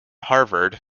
harvard